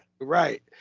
Right